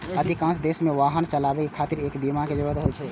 अधिकांश देश मे वाहन चलाबै खातिर एहि बीमा के जरूरत होइ छै